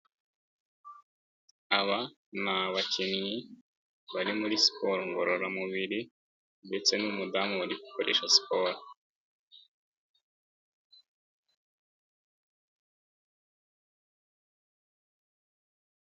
Aba ni abakinnyi bari muri siporo ngororamubiri ndetse n'umudamu bari gukoresha siporo.